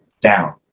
down